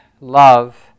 love